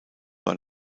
war